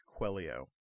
Quelio